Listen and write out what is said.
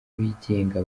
bigenga